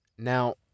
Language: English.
Now